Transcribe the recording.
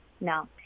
no